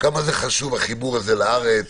וכמה חשוב החיבור הזה לארץ.